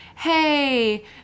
Hey